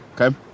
Okay